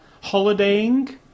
holidaying